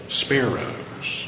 sparrows